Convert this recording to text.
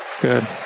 Good